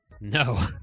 no